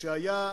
שהיה